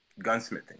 gunsmithing